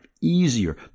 easier